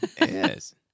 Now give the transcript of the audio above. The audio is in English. Yes